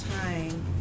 time